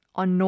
on